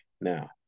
now